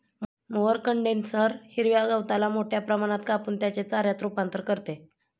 mower condenser हिरव्या गवताला मोठ्या प्रमाणात कापून त्याचे चाऱ्यात रूपांतर करते